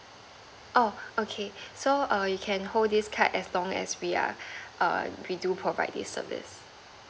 oh okay so err you can hold this card as long as we are err we do provide the service